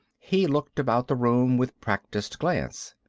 he looked about the room with practiced glance.